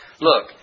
Look